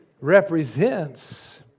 represents